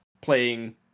playing